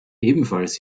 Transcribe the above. ebenfalls